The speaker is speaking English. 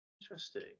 Interesting